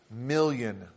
million